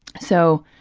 so